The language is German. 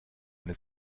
eine